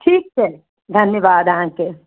ठीक छै धन्यवाद अहाँके